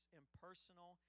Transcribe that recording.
impersonal